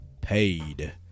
paid